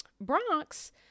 Bronx